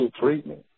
treatment